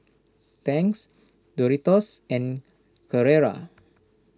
Tangs Doritos and Carrera